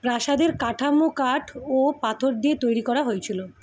প্রাসাদের কাঠামো কাঠ ও পাথর দিয়ে তৈরি করা হয়েছিল